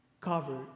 covered